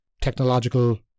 technological